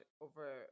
over